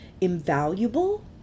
invaluable